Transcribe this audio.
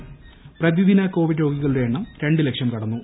ന് പ്രതിദിന കോവിധ്ച് രോഗികളുടെ എണ്ണം രണ്ട് ലക്ഷം കടന്നു